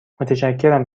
متشکرم